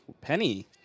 penny